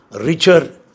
richer